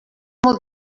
molt